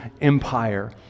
empire